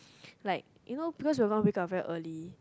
like you know because we are gonna wake up very early